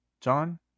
John